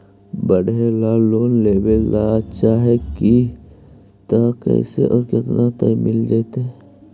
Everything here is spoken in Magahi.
पढ़े ल लोन लेबे ल चाह ही त कैसे औ केतना तक मिल जितै?